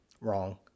Wrong